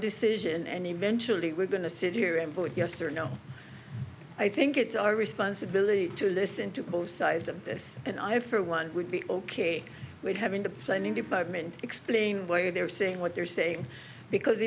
decision and eventually we're going to sit here and vote yes or no i think it's our responsibility to listen to both sides of this and i for one would be ok with having the planning department explain why they are saying what they're saying because